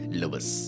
lovers